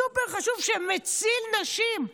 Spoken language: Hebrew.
סופר-חשוב, שמציל נשים,